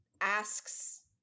asks